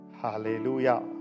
Hallelujah